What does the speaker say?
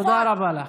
תודה רבה לך.